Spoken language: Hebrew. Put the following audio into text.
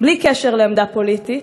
בלי קשר לעמדה פוליטית,